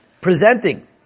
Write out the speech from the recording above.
presenting